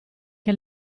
che